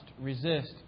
resist